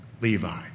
Levi